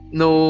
no